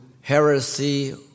heresy